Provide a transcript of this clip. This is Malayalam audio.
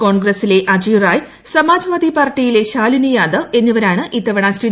കോൺഗ്രസിലെ അജ്യ്റായ് സമാജ്വാദി പാർട്ടിയിലെ ശാലിനി യാദവ് എന്നിവരാണ് ഇത്ത്പണ ശ്രീ